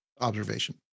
observation